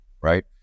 right